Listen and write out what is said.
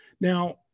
Now